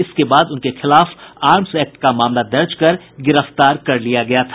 इसके बाद उनके खिलाफ आर्म्स एक्ट का मामला दर्ज कर गिरफ्तार किया गया था